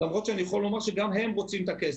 למרות שאני יכול לומר שגם הן רוצות את הכסף.